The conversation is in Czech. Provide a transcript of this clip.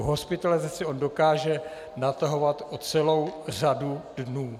Hospitalizaci on dokáže natahovat o celou řadu dnů.